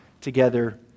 together